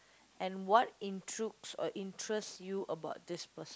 and what intrigues or interest you about this person